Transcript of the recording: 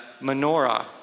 menorah